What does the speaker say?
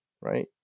Right